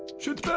shoot